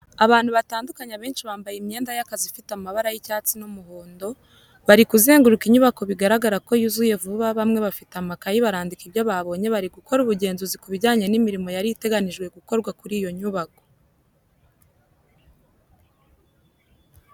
Abantu batandukanye abenshi bambaye imyenda y'akazi ifite amabara y'icyatsi n'umuhondo, bari kuzenguruka inyubako bigaragara ko yuzuye vuba bamwe bafite amakayi barandika ibyo babonye bari gukora ubugenzuzi ku bijyanye n'imirimo yari iteganyijwe gukorwa kuri iyo nyubako.